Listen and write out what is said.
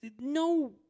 no